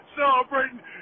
Celebrating